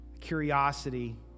curiosity